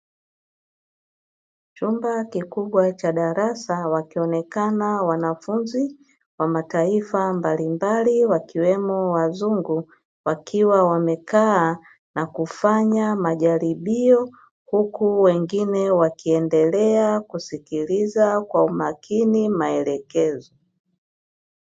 Chumba kikubwa cha darasa, wakionekana wanafunzi wa mataifa mbalimbali wakiwemo wazungu, wakiwa wamekaa, wakifanya majaribio, huku wengine wakiendelea kusikiliza kwa umakini maelekezo.